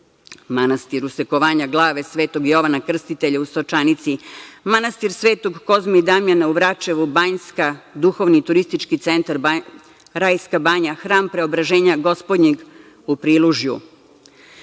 manastir Usekovanja glave Svetog Jovana Krstitelja u Stočanici, manastir Svetog Kozme i Damjana u Vračevu, Banjska, duhovni i turistički centar Rajska banja, Hram Preobraženja Gospodnjeg u Prilužju. Albanski